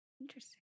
interesting